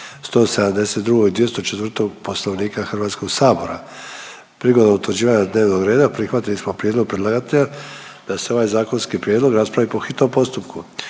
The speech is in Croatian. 172. i 204. Poslovnika Hrvatskog sabora. Prigodom utvrđivanja dnevnog reda prihvatili smo prijedlog predlagatelja da se ovaj zakonski prijedlog raspravi po hitnom postupku.